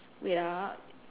wait ah